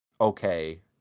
okay